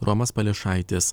romas pališaitis